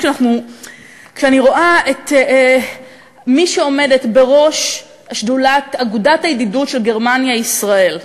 כשאני רואה את מי שעומדת בראש אגודת הידידות של גרמניה ישראל,